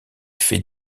fait